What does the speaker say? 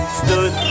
stood